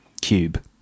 Cube